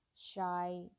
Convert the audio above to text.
shy